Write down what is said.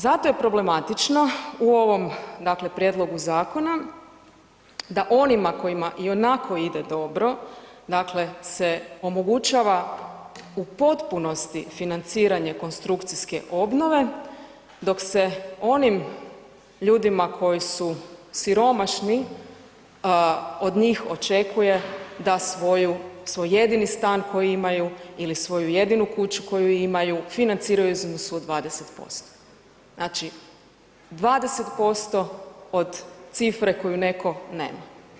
Zato je problematično u ovom prijedlogu zakona da onima kojima i onako ide dobro se omogućava u potpunosti financiranje konstrukcijske obnove, dok se onim ljudima koji su siromašni od njih očekuje da svoj jedini stan koji imaju ili svoju jedinu kuću koju imaju financiraju u iznosu od 20%, znači 20% od cifre koju neko nema.